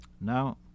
Now